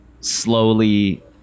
slowly